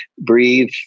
breathe